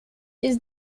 his